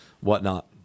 whatnot